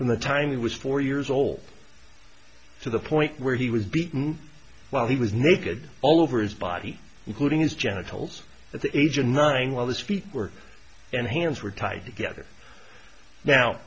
from the time he was four years old to the point where he was beaten while he was naked all over his body including his genitals at the age of nine while his feet were and hands were tied together now